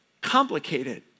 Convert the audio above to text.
complicated